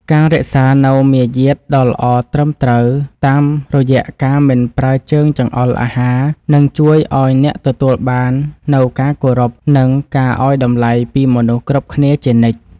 ការរក្សានូវមារយាទដ៏ល្អត្រឹមត្រូវតាមរយៈការមិនប្រើជើងចង្អុលអាហារនឹងជួយឱ្យអ្នកទទួលបាននូវការគោរព និង ការឱ្យតម្លៃពីមនុស្សគ្រប់គ្នាជានិច្ច។